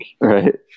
right